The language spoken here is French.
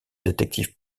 détective